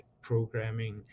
programming